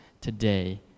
Today